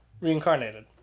reincarnated